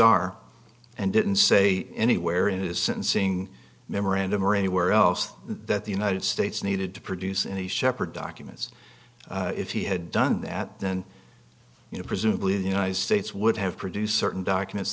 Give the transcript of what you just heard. r and didn't say anywhere in his sentencing memorandum or anywhere else that the united states needed to produce any separate documents if he had done that then you know presumably the united states would have produced certain documents